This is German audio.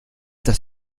das